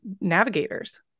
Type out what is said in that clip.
navigators